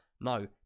No